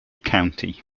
county